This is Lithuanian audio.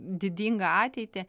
didingą ateitį